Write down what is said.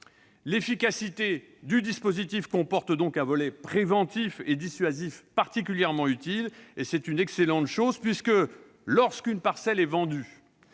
L'efficacité du dispositif comporte donc un volet préventif et dissuasif particulièrement utile, et c'est une excellente chose puisque, lorsqu'une parcelle est vendue,